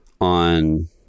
on